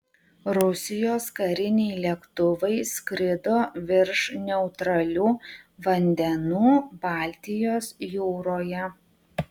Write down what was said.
rusijos kariniai lėktuvai skrido virš neutralių vandenų baltijos jūroje